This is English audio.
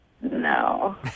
No